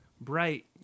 Bright